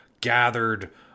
gathered